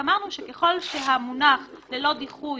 אמרנו שאם המונח 'ללא דיחוי'